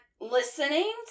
listening